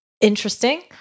Interesting